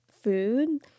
food